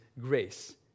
grace